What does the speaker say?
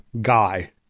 guy